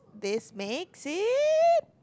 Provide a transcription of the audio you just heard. this makes it